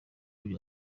bya